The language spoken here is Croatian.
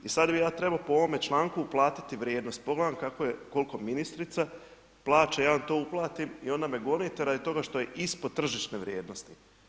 I sad bi ja trebao po ovome čl. uplatiti vrijednost, pogledam koliko ministrica plaća, ja vam to uplatim i onda me gonite rasi doga što je ispod tržišne vrijednosti.